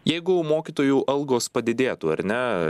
jeigu mokytojų algos padidėtų ar ne